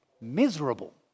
miserable